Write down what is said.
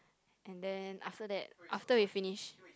and then after that after we finish